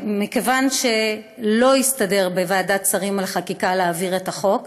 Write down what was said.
מכיוון שלא הסתדר בוועדת השרים לחקיקה להעביר את החוק,